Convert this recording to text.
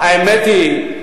האמת היא,